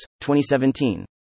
2017